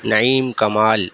نعیم کمال